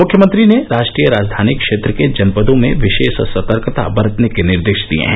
मुख्यमंत्री ने राष्ट्रीय राजधानी क्षेत्र के जनपदों में विशेष सतकता बरतने के निर्देश दिए हैं